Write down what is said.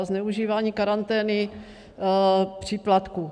Zneužívání karantény příplatku.